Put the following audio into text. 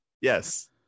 Yes